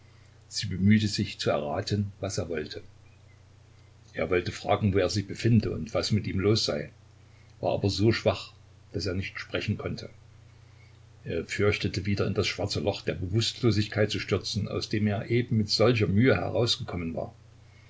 sie bemühte sich zu erraten was er wollte er wollte fragen wo er sich befinde und was mit ihm los sei war aber so schwach daß er nicht sprechen konnte er fürchtete wieder in das schwarze loch der bewußtlosigkeit zu stürzen aus dem er eben mit solcher mühe herausgekommen war